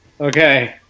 Okay